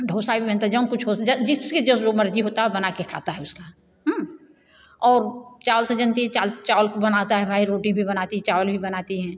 ढोसा भी बनता जो हमको जिसकी जब जो मर्जी होता बना के खाता है उसका और चावल तो जानती चावल को बनाता है भाई रोटी भी बनाती चावल भी बनाती हैं